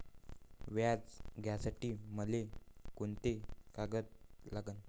व्याज घ्यासाठी मले कोंते कागद लागन?